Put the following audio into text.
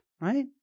right